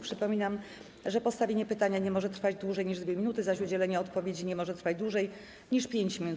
Przypominam, że postawienie pytania nie może trwać dłużej niż 2 minuty, zaś udzielenie odpowiedzi nie może trwać dłużej niż 5 minut.